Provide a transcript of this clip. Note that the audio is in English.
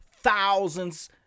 thousands